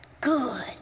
good